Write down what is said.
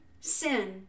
sin